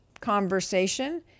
conversation